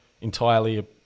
entirely